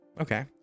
Okay